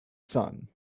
sun